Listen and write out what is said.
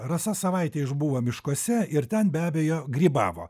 rasa savaitę išbuvo miškuose ir ten be abejo grybavo